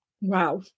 Wow